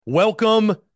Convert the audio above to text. Welcome